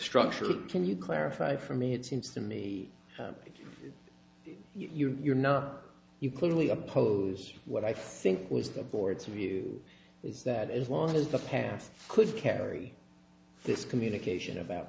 structure can you clarify for me it seems to me that you're not you clearly oppose what i think was the board's view is that as long as the path could carry this communication about